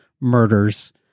murders